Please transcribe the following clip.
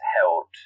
held